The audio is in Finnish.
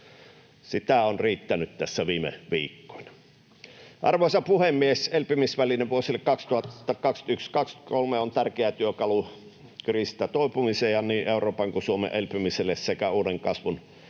sitä on riittänyt tässä viime viikkoina. Arvoisa puhemies! Elpymisväline vuosille 2021—2023 on tärkeä työkalu kriisistä toipumiseen ja niin Euroopan kuin Suomen elpymiseen sekä uuden kasvun